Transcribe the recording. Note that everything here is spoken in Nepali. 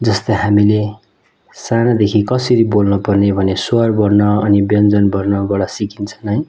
जस्तै हामीले सानादेखि कसरी बोल्नपर्ने भन्ने स्वर वर्ण अनि व्यञ्जन वर्णबाट सिकिन्छ नै